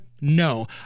No